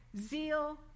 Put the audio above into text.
zeal